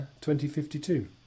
2052